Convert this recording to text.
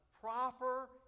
proper